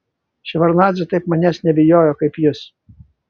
ševardnadzė taip manęs nebijojo kaip jis